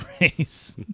race